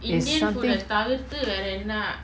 there's something